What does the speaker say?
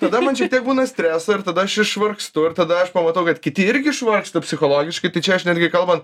tada man šiek tiek būna streso ir tada aš išvargstu ir tada aš pamatau kad kiti irgi išvargsta psichologiškai tai čia aš netgi kalbant